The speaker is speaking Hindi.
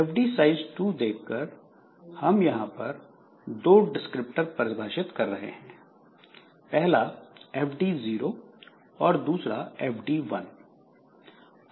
fd साइज 2 देख हम यहां पर 2 डिस्क्रिप्टर परिभाषित कर रहे हैं पहला fd 0 और दूसरा fd 1